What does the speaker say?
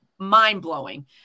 mind-blowing